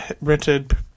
rented